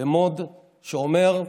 שאומר: